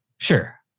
sure